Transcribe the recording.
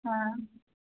হ্যাঁ